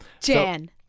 Jan